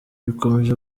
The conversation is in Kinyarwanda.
bikomeje